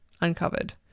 uncovered